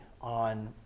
on